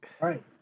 Right